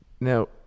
Now